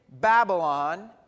...Babylon